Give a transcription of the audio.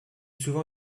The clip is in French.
souvent